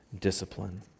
discipline